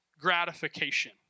gratification